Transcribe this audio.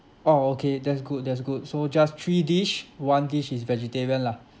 oh okay that's good that's good so just three dish one dish is vegetarian lah